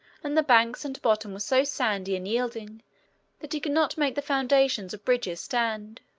and the banks and bottom were so sandy and yielding that he could not make the foundations of bridges stand.